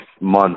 month